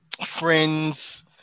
friends